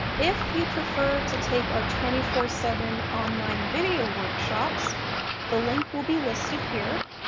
if you prefer to take our twenty four seven online video workshops the link will be listed here